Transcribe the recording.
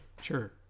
Sure